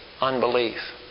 unbelief